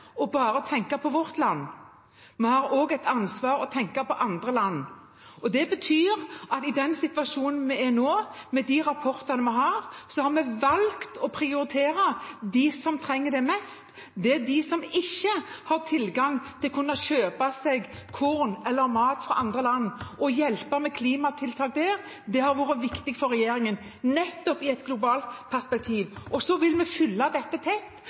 bare å tenke på vårt land. Vi har også et ansvar for å tenke på andre land. Det betyr at i den situasjonen vi er nå, med de rapportene vi har, har vi valgt å prioritere dem som trenger det mest, og det er dem som ikke har tilgang til å kunne kjøpe seg korn eller mat fra andre land. Å hjelpe med klimatiltak der har vært viktig for regjeringen, nettopp i et globalt perspektiv. Så vil vi følge dette tett